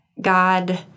God